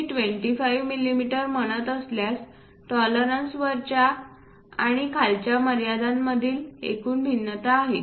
मी 25 मिमी म्हणत असल्यास टॉलरन्स वरच्या आणि खालच्या मर्यादांमधील एकूण भिन्नता आहे